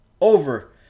over